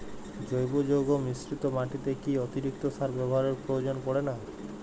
জৈব যৌগ মিশ্রিত মাটিতে কি অতিরিক্ত সার ব্যবহারের প্রয়োজন পড়ে না?